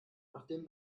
nachdem